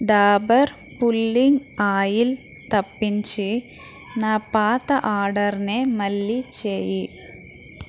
Dabur pulling oil తప్పించి నా పాత ఆర్డర్నే మళ్ళీ చేయి